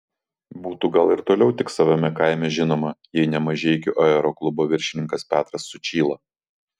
būtų gal ir toliau tik savame kaime žinoma jei ne mažeikių aeroklubo viršininkas petras sučyla